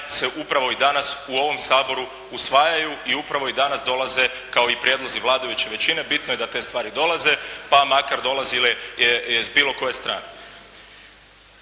se upravo i danas u ovom Saboru usvajaju i upravo i danas dolaze kao i prijedlozi vladajuće većine. Bitno je da te stvari dolaze pa makar dolazile iz bilo koje strane.